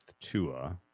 Tua